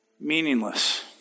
meaningless